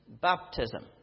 baptism